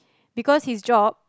because his job